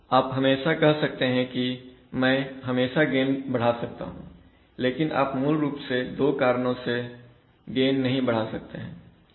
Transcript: आप हमेशा कह सकते हैं कि मैं हमेशा गेन बढ़ा सकता हूं लेकिन आप मूल रूप से दो कारणों से गेन नहीं बढ़ा सकते हैं